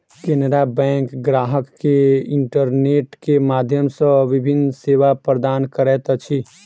Canara bank ग्राहक के internet के माध्यम सॅ विभिन्न सेवा प्रदान करैत अछि